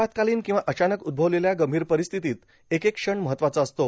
आपातकालिन किंवा अचानकपणं उद्भवलेल्या गंभीर परिस्थितीत एक एक क्षण महत्वाचा असतो